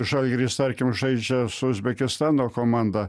žalgiris tarkim žaidžia su uzbekistano komanda